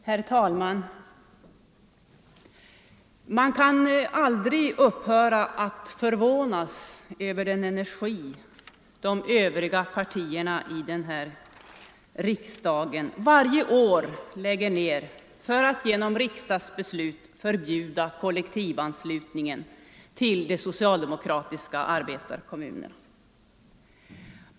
Herr talman! Man kan aldrig upphöra att förvåna sig över den energi de övriga partierna i den här riksdagen varje år lägger ner för att genom riksdagsbeslut förbjuda kollektivanslutningen till de socialdemokratiska arbetarekommunerna.